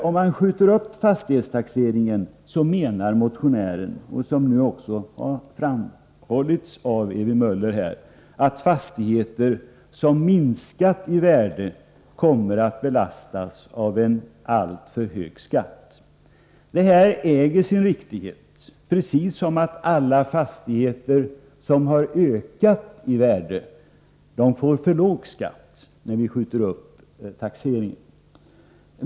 Om man skjuter upp fastighetstaxeringen menar motionären att fastigheter som minskat i värde kommer att belastas av en alltför hög skatt. Detta äger sin riktighet. Alla fastigheter som ökat i värde får på samma sätt för låg skatt när vi skjuter upp taxeringen.